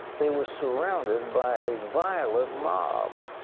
they were surrounded by a violent mob.